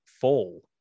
Fall